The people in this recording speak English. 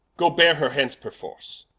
go beare her hence perforce